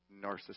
narcissism